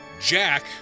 Jack